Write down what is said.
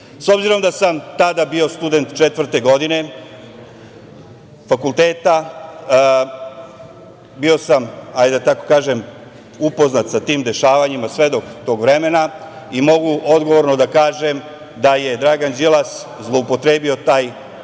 obzirom da sam tada bio student četvrte godine fakulteta, bio sam, hajde da tako kažem, upoznat sa tim dešavanjima, svedok tog vremena i mogu odgovorno da kažem da je Dragan Đilas zloupotrebio taj